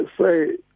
say